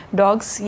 dogs